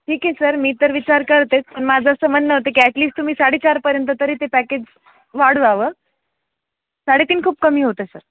ठीक आहे सर मी तर विचार करतेच पण माझं असं म्हणणं होतं की ॲट लीस्ट तुम्ही साडे चारपर्यंत तरी ते पॅकेज वाढवावं साडे तीन खूप कमी होतं सर